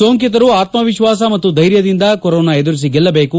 ಸೋಂಕಿತರು ಆತ್ಮವಿಶ್ವಾಸ ಮತ್ತು ಧೈರ್ಯದಿಂದ ಕೊರೋನಾ ಎದುರಿಸಿ ಗೆಲ್ಲಬೇಕು